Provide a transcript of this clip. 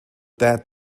that